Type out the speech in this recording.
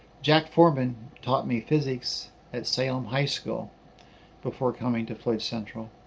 jack forman taught me physics at salem high school before coming to floyd central.